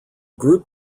group